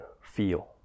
feel